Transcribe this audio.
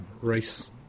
race